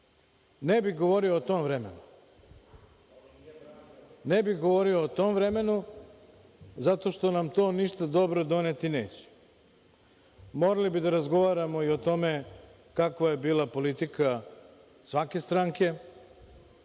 Ne bih govorio o tom vremenu zato što nam to ništa dobro doneti neće. Morali bi da razgovaramo i o tome kakva je bila politika svake stranke. Kakva